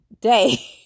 day